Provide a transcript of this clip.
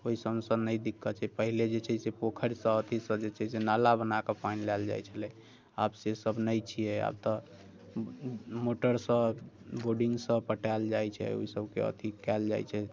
ओहि सभ से नहि दिक्कत छै पहिले जे छै से पोखरिसँ अथिसँ जे छै से नाला बनाकऽ पानि लाएल जाइत छलै आब से सभ नहि छियै आब तऽ मोटरसँ बोरिङ्गसँ पटायल जाइत छै ओहि सभकेँ अथि कयल जाइत छै